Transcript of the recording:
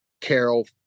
Carol